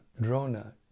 Drona